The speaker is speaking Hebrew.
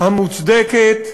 המוצדקת,